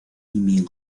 min